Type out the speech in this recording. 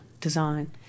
design